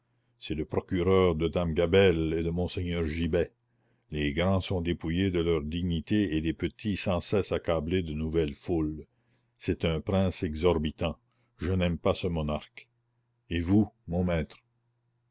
c'est le procureur de dame gabelle et de monseigneur gibet les grands sont dépouillés de leurs dignités et les petits sans cesse accablés de nouvelles foules c'est un prince exorbitant je n'aime pas ce monarque et vous mon maître